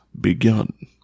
begun